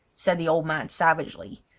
said the old man, savagely.